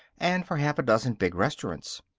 and for half a dozen big restaurants.